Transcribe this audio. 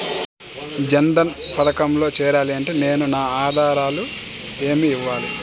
జన్ధన్ పథకంలో చేరాలి అంటే నేను నా ఆధారాలు ఏమి ఇవ్వాలి?